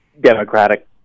democratic